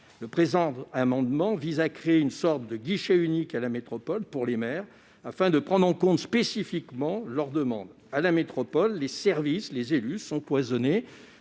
Le présent amendement vise à créer une sorte de guichet unique, à la métropole, pour les maires, afin de prendre en compte spécifiquement leurs demandes. Au sein de la métropole, les services et les élus sont cloisonnés